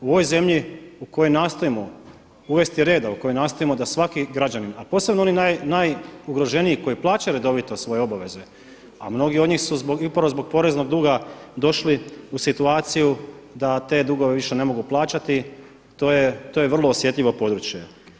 U ovoj zemlji u kojoj nastojimo uvesti reda, u kojoj nastojimo da svaki građanin a posebno oni najugroženiji koji plaćaju redovito svoje obaveze a mnogi od njih su zbog, upravo zbog poreznog duga došli u situaciju da te dugove više ne mogu plaćati, to je vrlo osjetljivo područje.